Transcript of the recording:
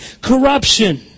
corruption